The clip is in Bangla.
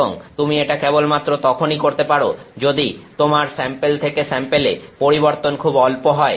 এবং তুমি এটা কেবলমাত্র তখনই করতে পারো যদি তোমার স্যাম্পেল থেকে স্যাম্পেলে পরিবর্তন খুব অল্প হয়